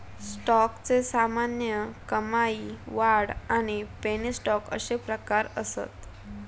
स्टॉकचे सामान्य, कमाई, वाढ आणि पेनी स्टॉक अशे प्रकार असत